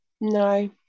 No